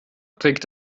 trägt